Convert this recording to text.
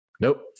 Nope